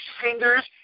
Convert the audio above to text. fingers